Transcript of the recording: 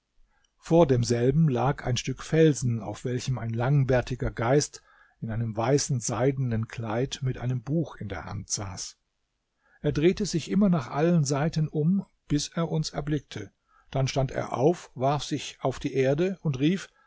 vor demselben lag ein stück felsen auf welchem ein langbärtiger geist in einem weißen seidenen kleid mit einem buch in der hand saß er drehte sich immer nach allen seiten um bis er uns erblickte dann stand er auf warf sich auf die erde und rief